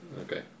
Okay